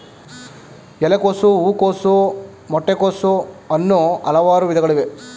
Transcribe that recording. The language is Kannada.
ಎಲೆಕೋಸು, ಹೂಕೋಸು, ಮೊಟ್ಟೆ ಕೋಸು, ಅನ್ನೂ ಹಲವಾರು ವಿಧಗಳಿವೆ